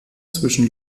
zwischen